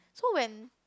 so when